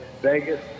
Vegas